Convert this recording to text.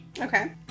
Okay